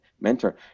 mentor